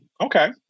okay